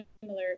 similar